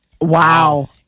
Wow